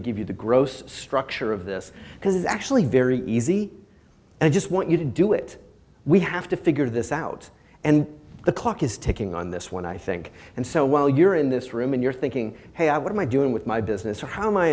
to give you the gross structure of this because it's actually very easy and i just want you to do it we have to figure this out and the clock is ticking on this one i think and so while you're in this room and you're thinking hey i want my doing with my business or how my